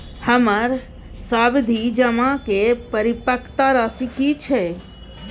हमर सावधि जमा के परिपक्वता राशि की छै?